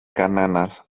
κανένας